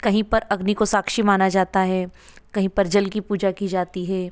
कहीं पर अग्नि को साक्षी माना जाता है कहीं पर जल की पूजा की जाती है